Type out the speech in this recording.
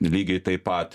lygiai taip pat